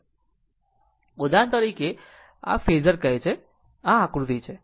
ઉદાહરણ તરીકે ઉદાહરણ તરીકે આ જેને આ ફેઝર કહે છે આ આકૃતિ છે